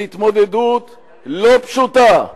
בהתמודדות לא פשוטה,